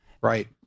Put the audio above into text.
Right